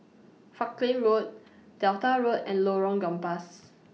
Falkland Road Delta Road and Lorong Gambas